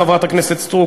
חברת הכנסת סטרוק,